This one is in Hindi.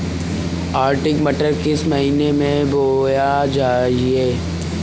अर्किल मटर किस महीना में बोना चाहिए?